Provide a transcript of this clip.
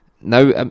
now